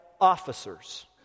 officers